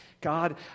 God